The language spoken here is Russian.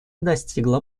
достигла